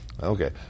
Okay